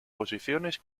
posiciones